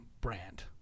brand